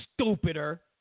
stupider